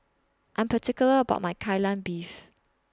I Am particular about My Kai Lan Beef